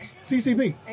CCP